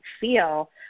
feel